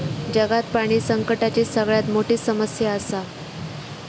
जगात पाणी संकटाची सगळ्यात मोठी समस्या आसा